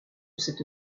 cette